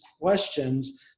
questions